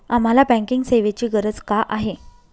आम्हाला बँकिंग सेवेची गरज का आहे?